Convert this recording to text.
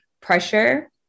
pressure